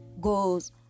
goes